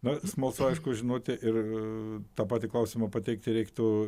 na smalsu aišku žinoti ir tą patį klausimą pateikti reiktų